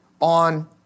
on